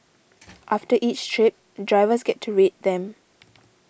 after each trip drivers get to rate them